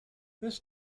this